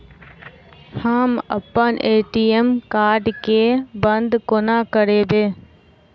हम अप्पन ATM card केँ बंद कोना करेबै?